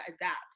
adapt